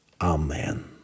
Amen